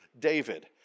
David